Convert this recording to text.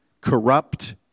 corrupt